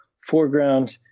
foreground